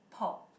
pork